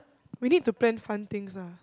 we need to plan fun things ah